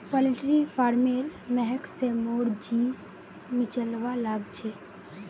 poultry फारमेर महक स मोर जी मिचलवा लाग छ